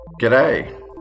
G'day